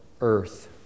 earth